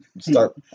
start